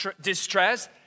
distress